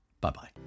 Bye-bye